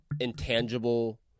intangible